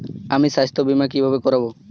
আমি স্বাস্থ্য বিমা কিভাবে করাব?